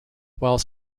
while